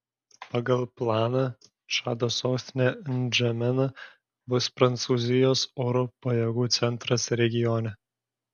pagal planą čado sostinė ndžamena bus prancūzijos oro pajėgų centras regione